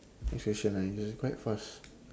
next question ah ya it's quite fast